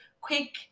quick